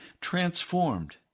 transformed